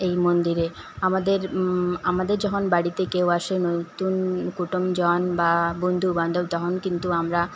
এই মন্দিরে আমাদের আমাদের যখন বাড়িতে কেউ আসে নতুন কুটুমজন বা বন্ধুবান্ধব তখন কিন্তু আমরা